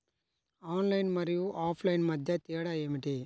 Online మరియు offline మధ్య తేడా ఏమిటీ?